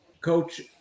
Coach